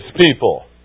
people